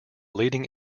leading